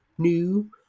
New